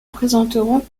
présenterons